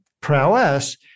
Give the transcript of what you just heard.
prowess